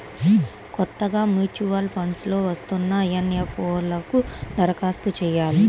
కొత్తగా mutual funds లో వస్తున్న ఎన్.ఎఫ్.ఓ లకు దరఖాస్తు చెయ్యాలి